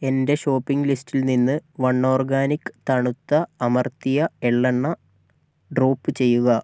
എന്റെ ഷോപ്പിംഗ് ലിസ്റ്റിൽ നിന്ന് വൺ ഓർഗാനിക് തണുത്ത അമർത്തിയ എള്ളെണ്ണ ഡ്രോപ്പ് ചെയ്യുക